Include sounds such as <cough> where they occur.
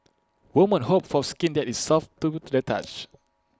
women hope for skin that is soft to <unintelligible> touch